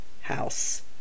house